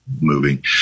moving